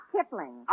Kipling